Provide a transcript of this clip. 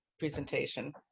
presentation